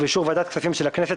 ובאישור ועדת הכספים של הכנסת,